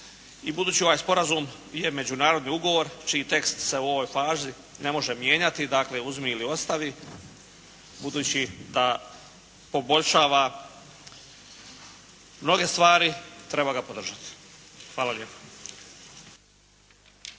budući ovaj sporazum je međunarodni ugovor čiji tekst se u ovoj fazi ne može mijenjati. Dakle, uzmi ili ostavi budući da poboljšava mnoge stvari, treba ga podržati. Hvala lijepa.